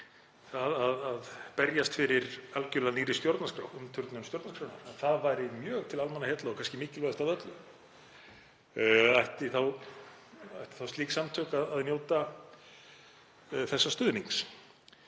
að berjast fyrir algerlega nýrri stjórnarskrá, umturnun stjórnarskrárinnar, væri mjög til almannaheilla og kannski mikilvægast af öllu. Ættu þá slík samtök að njóta þessa stuðnings?